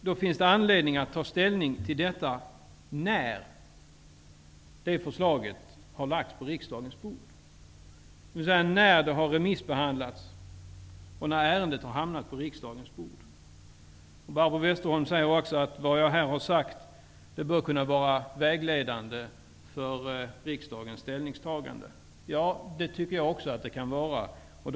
Det finns anledning att ta ställning till frågan när det förslaget har lagts på riksdagens bord, dvs. när förslaget har remissbehandlats. Barbro Westerholm säger också att det hon har sagt bör vara vägledande för riksdagens ställningstagande. Jag tycker också att det kan vara så.